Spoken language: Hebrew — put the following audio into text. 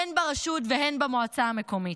הן ברשות והן במועצה המקומית.